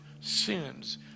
sins